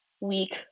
week